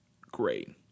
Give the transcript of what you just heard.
great